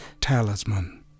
Talisman